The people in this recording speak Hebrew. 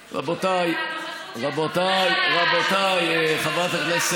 רבותיי, הנוכחות של חבריך למפלגה כל כך גדולה.